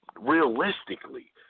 realistically